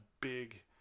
big